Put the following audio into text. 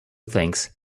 thanks